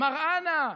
מראענה,